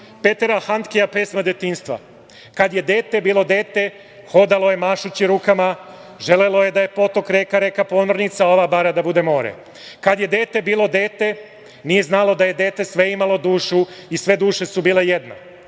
Petera Handkea, "Pesma detinjstva": "Kad je dete bilo dete, hodalo je mašući rukama. Želelo je da je potok reka, reka ponornica a ova bara da bude more. Kad je dete bilo dete, nije znalo da je dete. Sve je imalo dušu i sve duše su bile jedna".